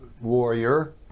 Warrior